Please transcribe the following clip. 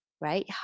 right